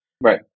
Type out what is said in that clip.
Right